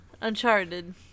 Uncharted